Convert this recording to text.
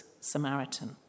Samaritan